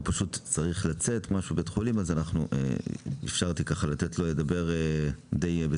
צריך לצאת לבית החולים ולכן אפשרתי לו לדבר בהתחלה.